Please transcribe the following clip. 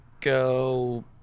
go